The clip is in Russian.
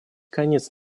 конец